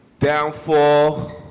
Downfall